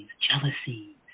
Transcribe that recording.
jealousies